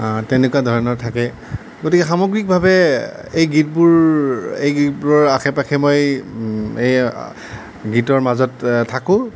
তেনেকুৱা ধৰণৰ থাকে গতিকে সামগ্ৰিক ভাৱে এই গীতবোৰ এই গীতবোৰৰ আশে পাশে মই এই গীতৰ মাজত থাকোঁ